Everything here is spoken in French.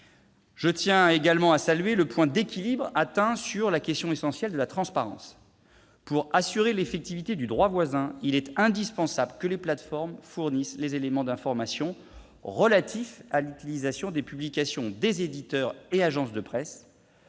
Je tiens également à saluer le point d'équilibre atteint sur la question essentielle de la transparence. Pour assurer l'effectivité du droit voisin, il est indispensable que les plateformes fournissent les éléments d'information relatifs à l'utilisation des publications des éditeurs et agences de presse,